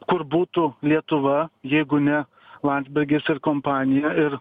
kur būtų lietuva jeigu ne landsbergis ir kompanija ir